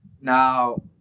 now